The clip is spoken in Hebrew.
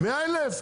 100,000,